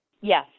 Yes